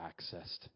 accessed